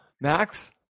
Max